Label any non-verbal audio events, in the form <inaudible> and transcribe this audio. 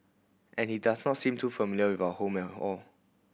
and he does not seem too familiar with our home <unintelligible> all